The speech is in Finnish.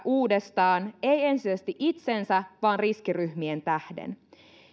uudestaan ei ensisijaisesti itsensä vaan riskiryhmien tähden